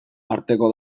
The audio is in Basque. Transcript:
arteko